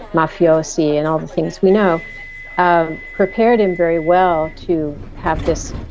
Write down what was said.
mafiosi and all the things we know um prepared him very well to have this